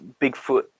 Bigfoot